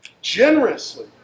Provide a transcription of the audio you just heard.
generously